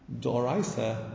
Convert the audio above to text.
Doraisa